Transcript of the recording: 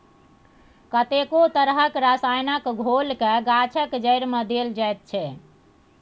कतेको तरहक रसायनक घोलकेँ गाछक जड़िमे देल जाइत छै